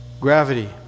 Gravity